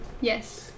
Yes